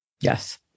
Yes